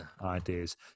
ideas